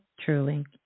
truly